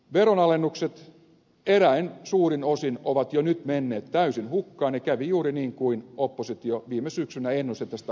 veronalennukset eräin suurin osin ovat jo nyt menneet täysin hukkaan ja kävi juuri niin kuin oppositio viime syksynä ennusti tästä hallituksen elvytyslinjasta